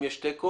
אם יש תיקו,